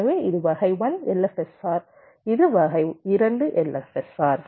எனவே இது வகை 1 LFSR வகை 2 LFSR